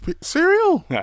cereal